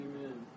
Amen